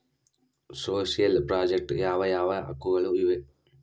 Social project ಯಾವ ಯಾವ ಹಕ್ಕುಗಳು ಇವೆ?